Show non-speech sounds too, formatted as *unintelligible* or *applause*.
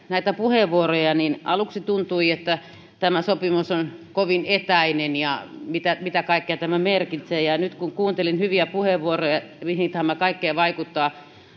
*unintelligible* näitä puheenvuoroja niin aluksi tuntui että tämä sopimus on kovin etäinen ja mitä mitä kaikkea tämä merkitsee nyt kuuntelin hyviä puheenvuoroja mihin kaikkeen tämä vaikuttaa